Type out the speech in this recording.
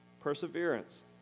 Perseverance